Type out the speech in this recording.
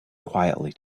quietly